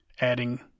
adding